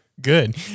good